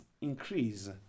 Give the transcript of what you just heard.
increase